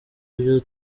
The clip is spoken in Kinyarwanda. ibyo